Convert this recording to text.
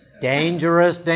Dangerous